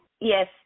Yes